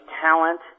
talent